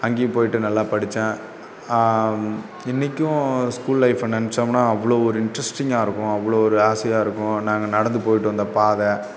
அங்கேயும் போயிட்டு நல்லா படித்தேன் இன்றைக்கும் ஸ்கூல் லைஃபை நினச்சோம்னா அவ்வளோ ஒரு இன்ட்ரெஸ்ட்டிங்காக இருக்கும் அவ்வளோ ஒரு ஆசையாக இருக்கும் நாங்கள் நடந்து போயிட்டு வந்த பாதை